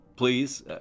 Please